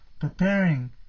preparing